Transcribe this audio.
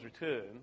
return